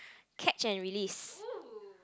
catch and release